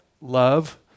Love